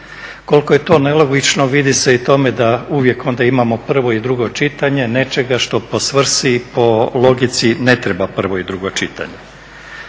Koliko je to nelogično vidi se i tome da uvijek onda imamo prvo i drugo čitanje nečega što po svrsi i po logici ne treba prvo i drugo čitanje.